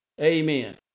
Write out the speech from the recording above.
amen